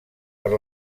per